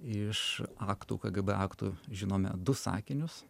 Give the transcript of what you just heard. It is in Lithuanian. iš aktų kgb aktų žinome du sakinius